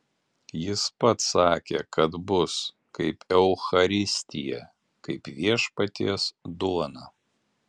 jis pats sakė kad bus kaip eucharistija kaip viešpaties duona